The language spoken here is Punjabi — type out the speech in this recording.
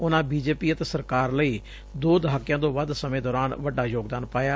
ਉਨੂਾਂ ਬੀਜੇਪੀ ਅਤੇ ਸਰਕਾਰ ਲਈ ਦੋ ਦਹਾਕਿਆਂ ਤੋਂ ਵੱਧ ਸਮੇਂ ਦੌਰਾਨ ਵੱਡਾ ਯੋਗਦਾਨ ਪਾਇਆ